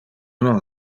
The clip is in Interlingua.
non